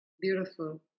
Beautiful